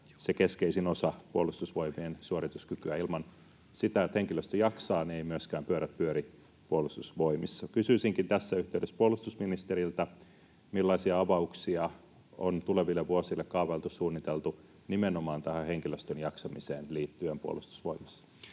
se keskeisin osa Puolustusvoimien suorituskykyä. Ilman sitä, että henkilöstö jaksaa, eivät myöskään pyörät pyöri Puolustusvoimissa. Kysyisinkin tässä yhteydessä puolustusministeriltä: millaisia avauksia on tuleville vuosille kaavailtu, suunniteltu nimenomaan tähän henkilöstön jaksamiseen liittyen Puolustusvoimissa?